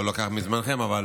לא אקח מזמנכם, אבל